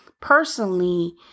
personally